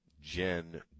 Jen